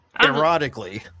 erotically